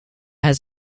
has